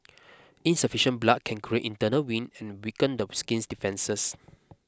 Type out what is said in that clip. insufficient blood can create internal wind and weaken the skin's defences